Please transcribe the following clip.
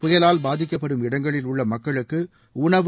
புயலால் பாதிக்கப்படும் இடங்களில் உள்ள மக்களுக்கு உணவு